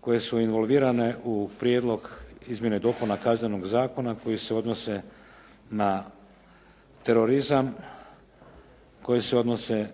koje su involvirane u Prijedlog izmjena i dopuna Kaznenog zakona koje se odnose na terorizam, koje se odnose